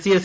C S